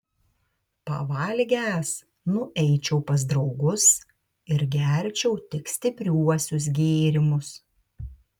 pavalgęs nueičiau pas draugus ir gerčiau tik stipriuosius gėrimus